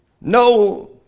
no